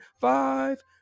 five